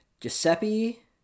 Giuseppe